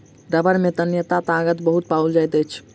रबड़ में तन्यता ताकत बहुत पाओल जाइत अछि